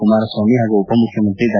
ಕುಮಾರಸ್ವಾಮಿ ಹಾಗೂ ಉಪಮುಖ್ಯಮಂತ್ರಿ ಡಾ